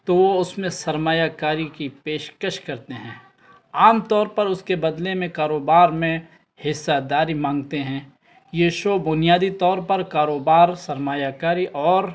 تو وہ اس میں سرمایہ کاری کی پیشکش کرتے ہیں عام طور پر اس کے بدلے میں کاروبار میں حصہ داری مانگتے ہیں یہ شو بنیادی طور پر کاروبار سرمایہ کاری اور